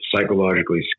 psychologically